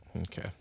okay